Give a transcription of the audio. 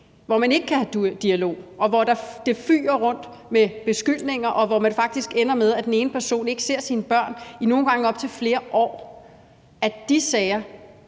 at man ikke kan have en dialog, og hvor det fyger rundt med beskyldninger, og hvor det faktisk ender med, at den ene person ikke ser sine børn i nogle gange op til flere år, er det eneste